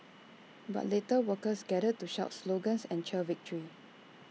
but later workers gathered to shout slogans and cheer victory